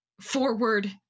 forward